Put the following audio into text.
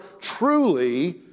truly